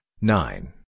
nine